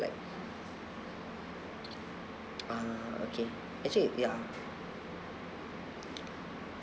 like ah okay actually ya